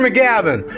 McGavin